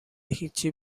هیچی